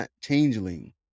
Changeling